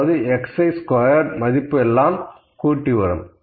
அதாவது xi squared மதிப்பு எல்லாம் கூட்டி வரும்